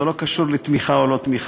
זה לא קשור לתמיכה או לא תמיכה,